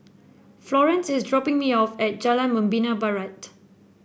Florence is dropping me off at Jalan Membina Barat